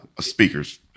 Speakers